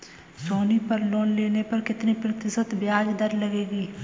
सोनी पर लोन लेने पर कितने प्रतिशत ब्याज दर लगेगी?